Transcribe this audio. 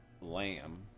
lamb